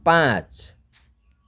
पाँच